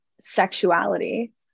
sexuality